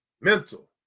mental